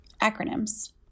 Acronyms